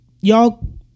y'all